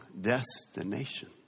destination